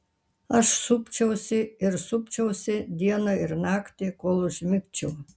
aš supčiausi ir supčiausi dieną ir naktį kol užmigčiau